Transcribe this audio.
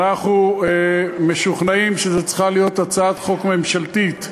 אנחנו משוכנעים שזו צריכה להיות הצעת חוק ממשלתית.